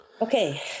okay